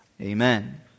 amen